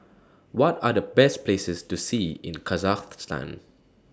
What Are The Best Places to See in Kazakhstan